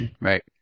Right